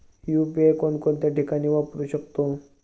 UPI कोणकोणत्या ठिकाणी वापरू शकतो?